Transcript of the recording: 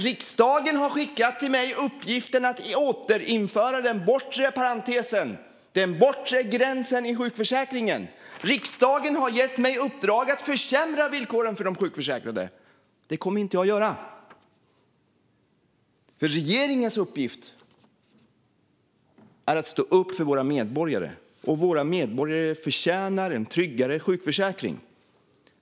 Men riksdagen har skickat uppgiften till mig att återinföra den bortre parentesen, den bortre gränsen i sjukförsäkringen. Riksdagen har gett mig uppdraget att försämra villkoren för de sjukförsäkrade. Det kommer jag inte att göra. Regeringens uppgift är att stå upp för våra medborgare. Våra medborgare förtjänar en tryggare sjukförsäkring.